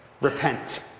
repent